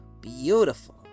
beautiful